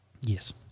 Yes